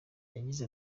yagize